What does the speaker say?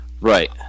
Right